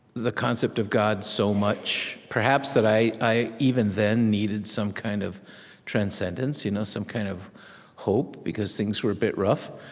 the concept of god so much perhaps that i, even then, needed some kind of transcendence, you know some kind of hope because things were a bit rough.